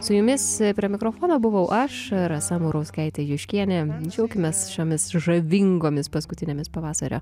su jumis prie mikrofono buvau aš rasa murauskaitė juškienė džiaugiamės šiomis žavingomis paskutinėmis pavasario